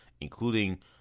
including